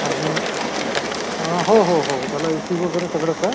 आणि हो हो हो त्याला एसी वगैरे सगळंच आहे